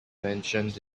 mentioned